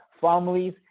families